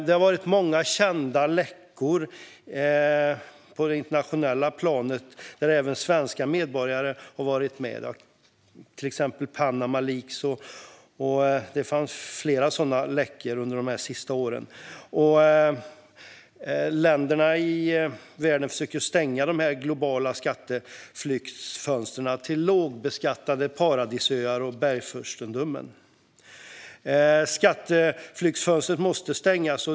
Det har varit många kända läckor på det internationella planet där även svenska medborgare har varit med, till exempel Panama leaks. Det har skett flera sådana läckor under de senaste åren. Men länderna i världen försöker stänga de globala skatteflyktsfönstren till lågbeskattade paradisöar och bergsfurstendömen. Skatteflyktsfönstret måste stängas.